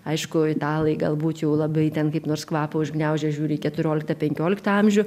aišku italai galbūt jau labai ten kaip nors kvapą užgniaužia žiūri į keturioliktą penkioliktą amžių